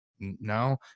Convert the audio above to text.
no